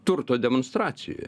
turto demonstracijoje